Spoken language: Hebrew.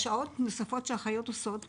אלו שעות נוספות שהאחיות עושות,